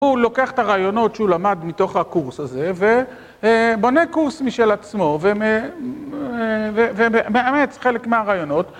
הוא לוקח את הרעיונות שהוא למד מתוך הקורס הזה, ובונה קורס משל עצמו ומאמץ חלק מהרעיונות.